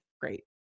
great